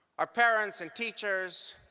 our parents and teachers,